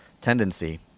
tendency